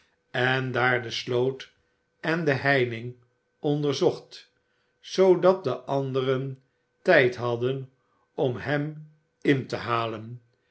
en daar de sloot en de heining onderzocht zoodat de anderen tijd hadden om hem in te halen